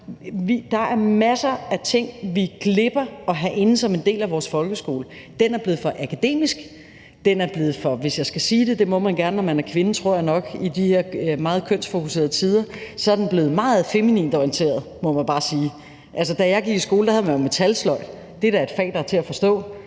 Der er masser af ting, vi glipper at have inde som en del af vores folkeskole. Den er blevet for akademisk, den er blevet for, hvis jeg skal sige det, det må man gerne, når man er kvinde, tror jeg nok, i de her meget kønsfokuserede tider, meget feminint orienteret, må man bare sige. Altså, da jeg gik i skole, havde man metalsløjd – det er da et fag, der er til at forstå.